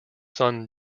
son